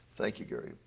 thank you, gary.